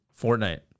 Fortnite